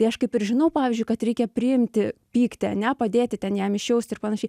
tai aš kaip ir žinau pavyzdžiui kad reikia priimti pykti a ne padėti ten jam išjausti ir panašiai